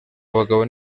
abagabo